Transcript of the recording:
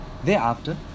Thereafter